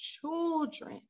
children